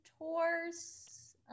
Tours